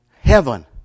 Heaven